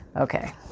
Okay